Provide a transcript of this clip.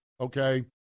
Okay